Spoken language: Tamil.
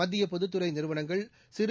மத்திய பொதுத்துறை நிறுவனங்கள் சிறு